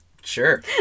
Sure